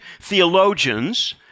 theologians